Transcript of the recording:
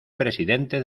presidente